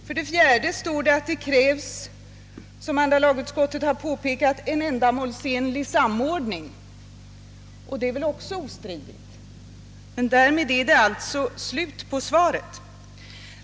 För det fjärde står det att det krävs, som andra lagutskottet har påpekat, en enhetlig samordning, och det är väl också ostridigt. Men därmed är det slut på svaret.